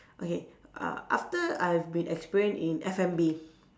okay uh after I've been experienced in F&B